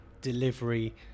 delivery